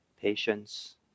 patience